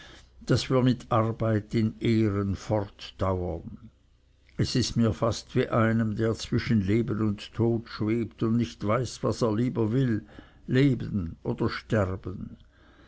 daß wir mit arbeit in ehren fortdauern es ist mir fast wie einem der zwischen leben und tod schwebt und nicht weiß was er lieber will leben oder sterben